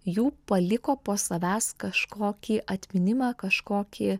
jų paliko po savęs kažkokį atminimą kažkokį